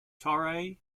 torre